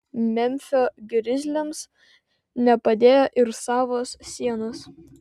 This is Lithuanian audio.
memfio grizliams nepadėjo ir savos sienos